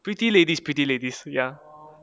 pretty ladies pretty ladies ya